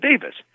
Davis